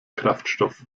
kraftstoff